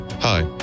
Hi